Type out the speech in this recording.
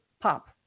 pop